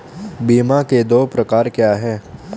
बीमा के दो प्रकार क्या हैं?